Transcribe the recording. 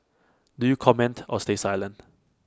do you comment or stay silent